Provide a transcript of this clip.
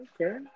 Okay